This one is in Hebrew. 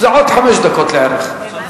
התשע"א 2010, קריאה